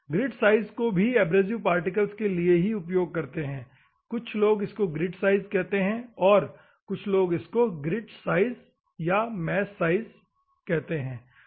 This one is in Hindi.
ग्रिट साइज को भी एब्रेसिव पार्टिकल्स के लिए ही उपयोग करते हैं कुछ लोग इसको ग्रिट साइज कहते हैं और ग्रिट साइज मैश साइज को बताती है ठीक है